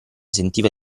sentiva